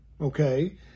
okay